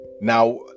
now